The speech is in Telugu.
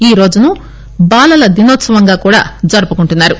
ఈ రోజును బాలల దినోత్పవంగా కూడా జరుపుకుంటున్నారు